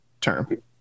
term